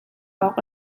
awk